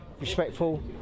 respectful